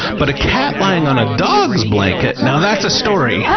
but a cat lying on a dog's blanket, now that's a story! yeah